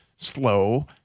Slow